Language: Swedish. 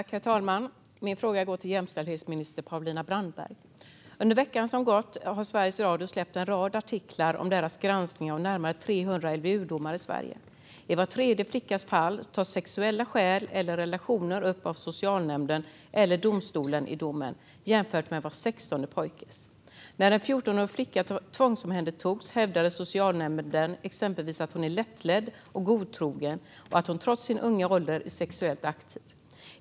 Herr talman! Min fråga går till jämställdhetsminister Paulina Brandberg. Under veckan som gått har Sveriges Radio släppt en rad artiklar om sin granskning av närmare 300 LVU-domar i Sverige. I var tredje flickas fall tas sexuella skäl eller relationer upp av socialnämnden eller domstolen i domen, jämfört med i var sextonde pojkes fall. När en 14-årig flicka tvångsomhändertogs hävdade socialnämnden exempelvis att hon är lättledd och godtrogen och att hon trots sin låga ålder är sexuellt aktiv.